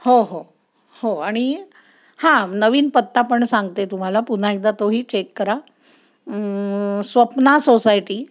हो हो हो आणि हां नवीन पत्ता पण सांगते तुम्हाला पुन्हा एकदा तोही चेक करा स्वप्ना सोसायटी